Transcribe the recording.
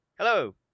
Hello